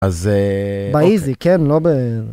אז... באיזי, כן? לא באיזי.